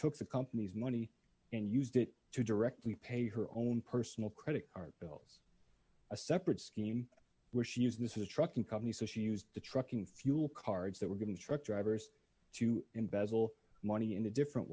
took the company's money and used it to directly pay her own personal credit card bills a separate scheme where she used this as a trucking company so she used the trucking fuel cards that were going to truck drivers to embezzle money in a different